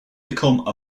become